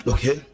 Okay